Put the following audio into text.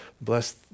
bless